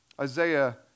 Isaiah